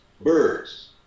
birds